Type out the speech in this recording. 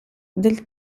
del